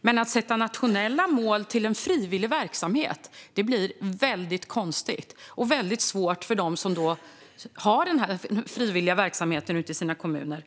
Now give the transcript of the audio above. Men att sätta nationella mål för en frivillig verksamhet blir konstigt, och det blir svårt för dem som har den frivilliga verksamheten ute i sina kommuner.